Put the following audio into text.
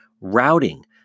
routing